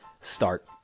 start